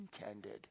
intended